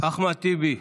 אחמד טיבי,